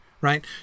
right